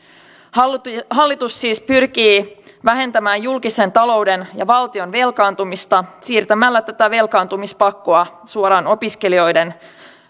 hallitus hallitus siis pyrkii vähentämään julkisen talouden ja valtion velkaantumista siirtämällä tätä velkaantumispakkoa suoraan opiskelijoiden